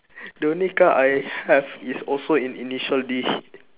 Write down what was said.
the only car I have is also in initial D